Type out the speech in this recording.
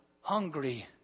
hungry